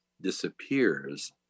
disappears